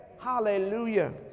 Hallelujah